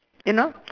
you know